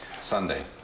Sunday